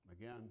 Again